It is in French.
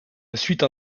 ensuite